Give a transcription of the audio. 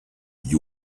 you